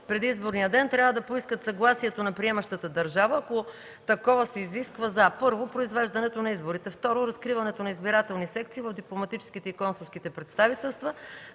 преди изборния ден, трябва да поискат съгласието на приемащата държава, ако такова се изисква, за: 1. произвеждането на изборите; 2. разкриването на избирателни секции в дипломатическите и консулските представителства;